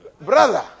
Brother